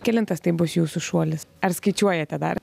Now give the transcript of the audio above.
kelintas tai bus jūsų šuolis ar skaičiuojate dar